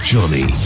Johnny